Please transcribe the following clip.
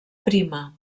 prima